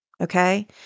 Okay